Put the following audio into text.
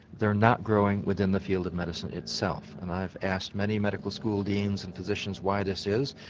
they are not growing within the field of medicine itself, and i've asked many medical school deans and physicians why this is.